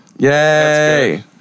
Yay